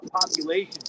population